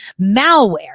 malware